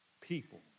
people